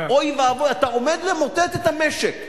אוי ואבוי, אתה עומד למוטט את המשק.